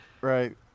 Right